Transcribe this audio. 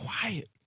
quiet